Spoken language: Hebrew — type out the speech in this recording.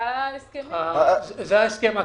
זה ההסכם הקיבוצי.